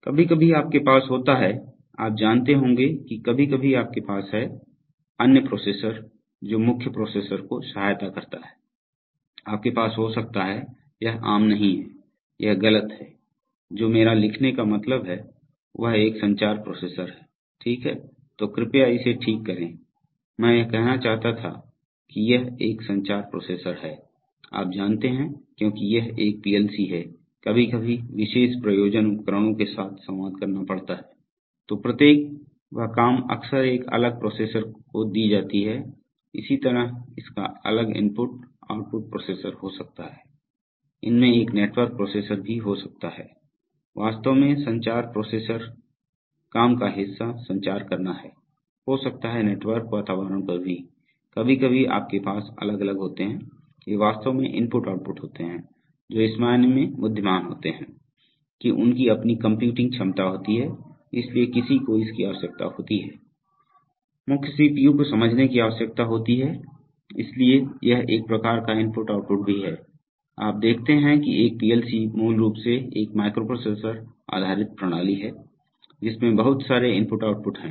कभी कभी आपके पास होता है आप जानते होंगे कि कभी कभी आपके पास है अन्य प्रोसेसर जो मुख्य प्रोसेसर को सहायता करता है आपके पास हो सकता है यह आम नहीं है यह गलत है जो मेरा लिखने का मतलब है वह एक संचार प्रोसेसर है ठीक है तो कृपया इसे ठीक करें मैं यह कहना चाहता था कि यह एक संचार प्रोसेसर है आप जानते हैं क्योंकि यह एक पीएलसी है कभी कभी विशेष प्रयोजन उपकरणों के साथ संवाद करना पड़ता है तो प्रत्येक वह काम अक्सर एक अलग प्रोसेसर को दी जाती है इसी तरह इसका अलग इनपुट आउटपुट प्रोसेसर हो सकता है इसमें एक नेटवर्क प्रोसेसर भी हो सकता है वास्तव में संचार प्रोसेसर काम का हिस्सा संचार करना है हो सकता है नेटवर्क वातावरण पर भी कभी कभी आपके पास अलग अलग होते हैं ये वास्तव में IO होते हैं जो इस मायने में बुद्धिमान होते हैं कि उनकी अपनी कंप्यूटिंग क्षमता होती है इसलिए किसी को इसकी आवश्यकता होती है मुख्य CPU को समझने की आवश्यकता होती है इसलिए यह एक प्रकार का IO भी है आप देखते हैं कि एक PLC मूल रूप से एक माइक्रोप्रोसेसर आधारित प्रणाली है जिसमें बहुत सारे IO हैं